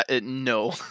no